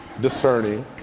Discerning